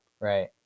right